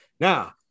Now